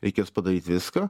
reikės padaryt viską